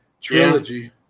trilogy